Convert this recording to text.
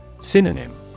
Synonym